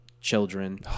children